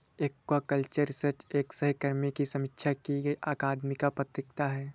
aquaculture research एक सहकर्मी की समीक्षा की गई अकादमिक पत्रिका है